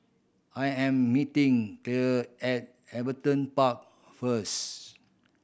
I am meeting Clair at Everton Park first